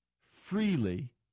freely